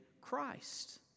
Christ